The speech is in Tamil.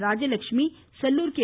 ராஜலட்சுமி செல்லூர் கே